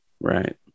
Right